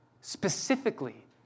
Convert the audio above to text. specifically